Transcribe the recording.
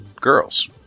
girls